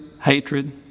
hatred